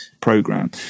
program